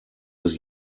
des